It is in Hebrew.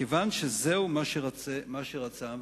כיוון שזהו מה שרצה העם.